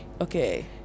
Okay